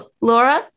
Laura